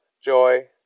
joy